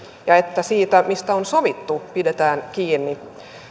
ja että siitä mistä on sovittu pidetään kiinni